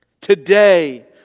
Today